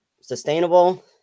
sustainable